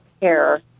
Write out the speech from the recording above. care